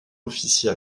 officier